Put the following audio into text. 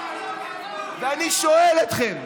ואני שואל אתכם: